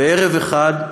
בערב אחד,